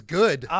good